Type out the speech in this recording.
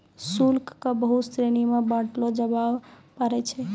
शुल्क क बहुत श्रेणी म बांटलो जाबअ पारै छै